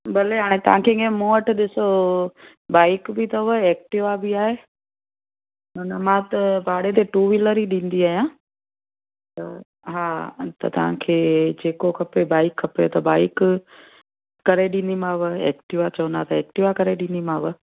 भले हाणे तव्हांखे ईअं मूं वटि ॾिसो बाईक बि अथव एक्टिवा बि आहे उन मां त भाड़े ते टू वीलर ई ॾींदी आहियां त हा अन त तव्हांखे जेको खपे बाईक खपे त बाईक करे ॾींदीमांव एक्टिवा चवंदा त एक्टिवा करे ॾींदीमांव